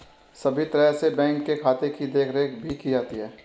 सभी तरह से बैंक के खाते की देखरेख भी की जाती है